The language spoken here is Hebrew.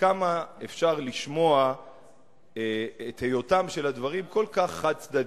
כמה אפשר לשמוע את היותם של הדברים כל כך חד-צדדיים,